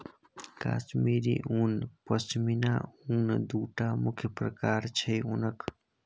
कश्मीरी उन, पश्मिना उन दु टा मुख्य प्रकार छै उनक